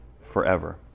forever